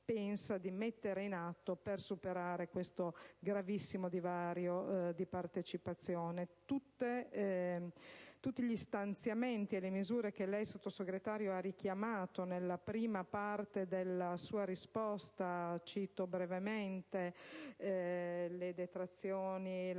mettere in campo per superare questo gravissimo divario di partecipazione. Tutti gli stanziamenti di misure che lei, Sottosegretario, ha richiamato nella prima parte della sua risposta, dalla conferma delle detrazioni IRPEF